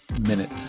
minute